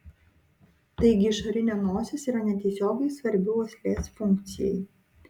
taigi išorinė nosis yra netiesiogiai svarbi uoslės funkcijai